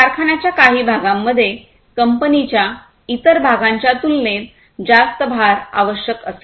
कारखान्याच्या काही भागांमध्ये कंपनीच्या इतर भागांच्या तुलनेत जास्त भार आवश्यक असेल